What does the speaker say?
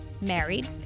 married